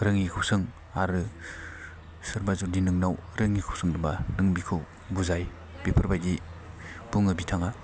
रोङैखौ सों आरो सोरबा जुदि नोंनाव रोङैखौ सोदोंब्ला नों बिखौ बुजाय बेफोरबायदि बुङो बिथाङा